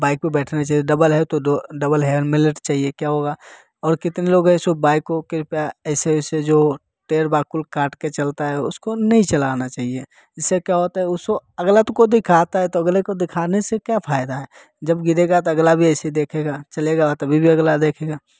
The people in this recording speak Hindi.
बाइक पर बैठने से डबल है तो दो डबल हेमलेट चाहिए क्या होगा और कितना लोग ऐसो बाइक को कृपया ऐसे ऐसे जो टेड बकुल काट के चलता है उसको नहीं चलाना चाहिए इससे क्या होता है उसको अगला तो कोई दिखाता है तो अगले को दिखाने से क्या फायदा है जब गिरेगा तो अगला भी ऐसे देखेगा चलेगा तभी भी अगला देखेगा